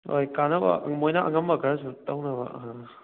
ꯍꯣꯏ ꯀꯥꯟꯅꯕ ꯃꯣꯏꯅ ꯑꯉꯝꯕ ꯈꯔꯁꯨ ꯇꯧꯅꯕ ꯑꯥ